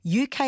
UK